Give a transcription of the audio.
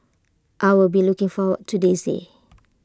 I will be looking forward to this day